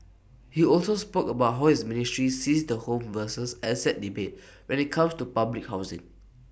he also spoke about how his ministry sees the home versus asset debate when IT comes to public housing